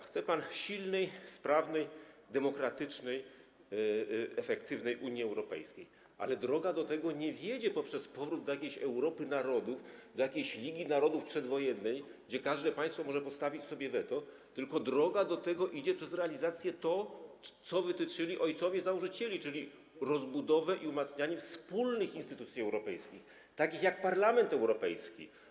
Chce pan silnej, sprawnej, demokratycznej, efektywnej Unii Europejskiej, ale droga do tego nie wiedzie poprzez powrót do jakiejś Europy narodów, do jakiejś przedwojennej Ligi Narodów, gdzie każde państwo mogło sobie postawić weto, ale droga do tego wiedzie przez realizację tego, co wytyczyli ojcowie założyciele, czyli rozbudowę i umacnianie wspólnych instytucji europejskich, takich jak Parlament Europejski.